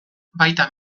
baita